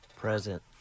Present